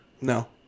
No